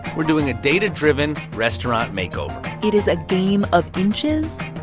we're doing a data-driven restaurant makeover it is a game of inches,